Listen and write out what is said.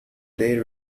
they